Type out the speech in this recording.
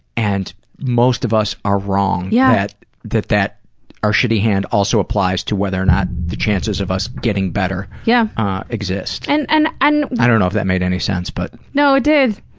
and most of us are wrong, yeah that that our shitty hand also applies to whether or not the chances of us getting better yeah ah exist. and and and i don't know if that made any sense, but. no, it did.